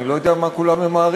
אני לא יודע מה כולם ממהרים.